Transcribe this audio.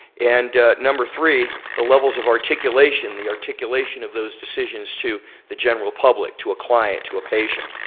and number three, the levels of articulation, the articulation of those decisions to the general public, to a client, to a patient,